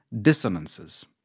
dissonances